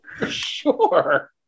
sure